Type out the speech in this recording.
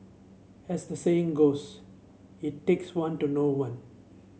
as the saying goes it takes one to know one